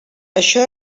això